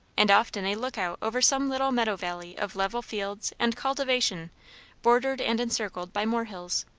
and often a look-out over some little meadow valley of level fields and cultivation bordered and encircled by more hills.